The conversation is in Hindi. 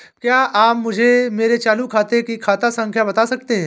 क्या आप मुझे मेरे चालू खाते की खाता संख्या बता सकते हैं?